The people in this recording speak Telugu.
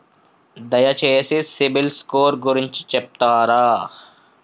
దయచేసి సిబిల్ స్కోర్ గురించి చెప్తరా?